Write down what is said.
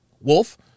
Wolf